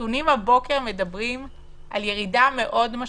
הנתונים הבוקר מדברים על ירידה מאוד משמעותית.